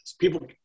People